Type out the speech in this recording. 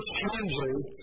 changes